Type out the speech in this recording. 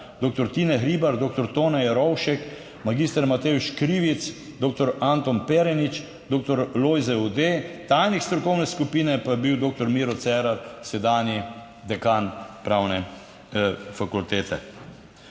Tine Hribar, doktor Tone Jerovšek, magister Matevž Krivic, doktor Anton Perenič, doktor Lojze Ude, tajnik strokovne skupine pa je bil doktor Miro Cerar, sedanji dekan Pravne fakultete.